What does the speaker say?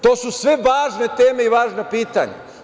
To su sve važne teme i važna pitanja.